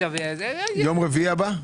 ביום רביעי הבא?